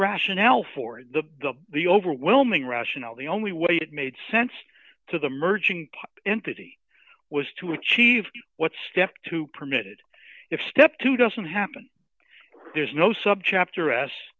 rationale for the the the overwhelming rational the only way it made sense to the merging entity was to achieve what step two permitted if step two doesn't happen there's no subchapter s